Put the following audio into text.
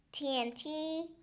TNT